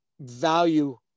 value